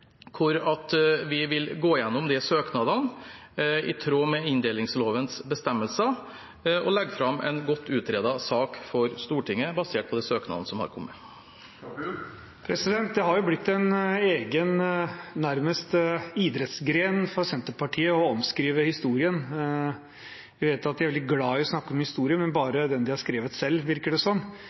Vi vil gå gjennom søknadene i tråd med inndelingslovens bestemmelser og legge fram en godt utredet sak for Stortinget basert på de søknadene som har kommet. Det har nærmest blitt en egen idrettsgren for Senterpartiet å omskrive historien. Vi vet at de er veldig glad i å snakke om historie, men bare den de har skrevet selv, virker det som.